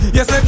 Yes